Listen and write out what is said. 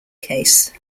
case